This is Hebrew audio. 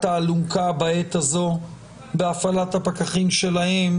האלונקה בעת הזו בהפעלת הפקחים שלהן.